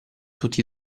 tutti